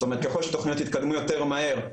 זאת אומרת ככול שתוכניות יתקדמו יותר מהר,